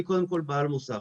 אני קודם כל בעל מוסך.